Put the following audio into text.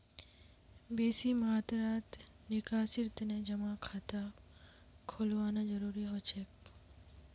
बेसी मात्रात निकासीर तने जमा खाता खोलवाना जरूरी हो छेक